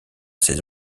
ses